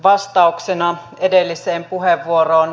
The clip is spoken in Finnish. vastauksena edelliseen puheenvuoroon